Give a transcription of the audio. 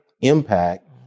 impact